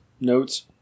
notes